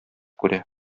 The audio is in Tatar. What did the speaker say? күрә